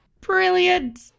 Brilliant